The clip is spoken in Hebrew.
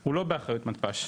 הוא לא באחריות מתפ"ש.